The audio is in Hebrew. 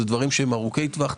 זה דברים שהם ארוכי טווח,